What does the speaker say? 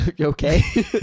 okay